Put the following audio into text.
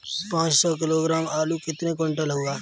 पाँच सौ किलोग्राम आलू कितने क्विंटल होगा?